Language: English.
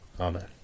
Amen